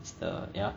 it's the ya